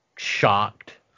shocked